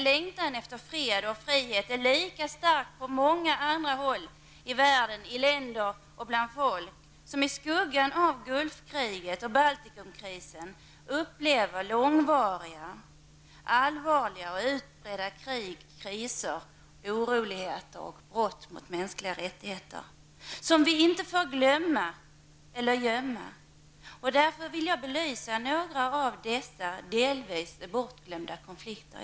Längtan efter fred och frihet är lika stark på många andra håll i världen, i länder och bland folk som i skuggan av Gulfkriget och Baltikumkrisen upplever långvariga, allvarliga och utbredda krig, kriser, oroligheter och brott mot mänskliga rättigheter. Det är något som vi inte får glömma eller gömma. Därför skall jag belysa några av dessa delvis bortglömda konflikter.